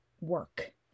work